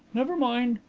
never mind.